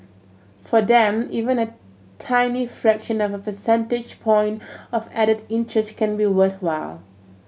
for them even a tiny fraction of a percentage point of added interest can be worthwhile